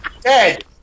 Dead